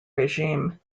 regime